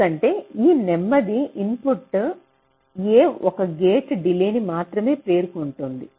ఎందుకంటే ఈ నెమ్మది ఇన్పుట్ a ఒక గేట్ డిలేన్ని మాత్రమే ఎదుర్కొంటుంది